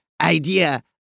idea